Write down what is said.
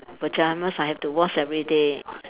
pajamas I have to wash everyday